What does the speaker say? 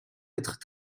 être